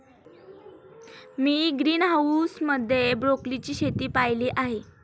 मी greenhouse मध्ये ब्रोकोलीची शेती पाहीली आहे